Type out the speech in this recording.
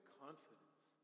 confidence